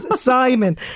Simon